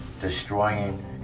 destroying